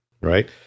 right